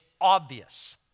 obvious